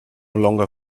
longer